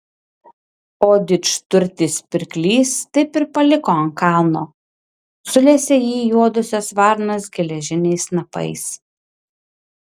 o didžturtis pirklys taip ir paliko ant kalno sulesė jį juodosios varnos geležiniais snapais